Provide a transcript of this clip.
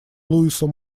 луису